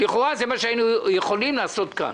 לכאורה זה מה שהיינו יכולים לעשות כאן.